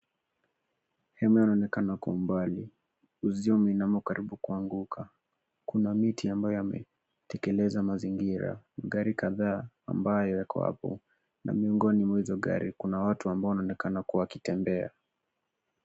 Hema inaonekana kwa mbali. Uzio umeinama karibu kuanguka. Kuna miti ambayo yametekeleza mazingira. Magari kadhaa ambayo yako hapo na miongoni mwa hizo gari kuna watu ambao wanaonekana wakitembea.